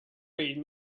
read